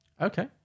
Okay